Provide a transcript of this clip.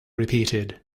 repeated